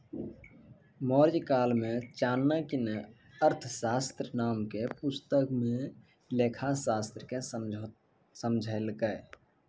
मौर्यकाल मे चाणक्य ने अर्थशास्त्र नाम के पुस्तक मे लेखाशास्त्र के समझैलकै